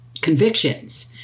convictions